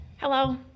Hello